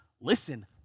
listen